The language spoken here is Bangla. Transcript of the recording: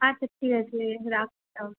আচ্ছা ঠিক আছে রাখলাম